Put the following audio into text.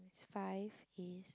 five is